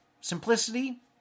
simplicity